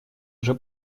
уже